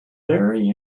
very